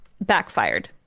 backfired